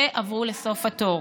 ועברו לסוף התור,